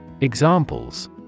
Examples